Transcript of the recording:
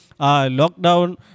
lockdown